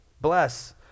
Bless